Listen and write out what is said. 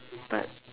but